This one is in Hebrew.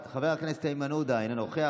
חבר הכנסת איימן עודה, אינו נוכח.